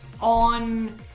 on